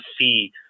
see